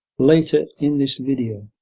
later in this video.